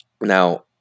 Now